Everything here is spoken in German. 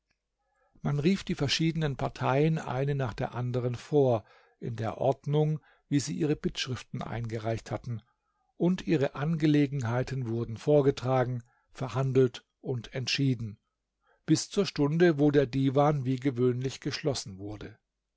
man rief die verschiedenen partien eine nach der anderen vor in der ordnung wie sie ihre bittschriften eingereicht hatten und ihre angelegenheiten wurden vorgetragen verhandelt und entschieden bis zur stunde wo der divan wie gewöhnlich geschlossen wurde